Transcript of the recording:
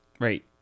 right